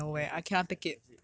casual flex eh legit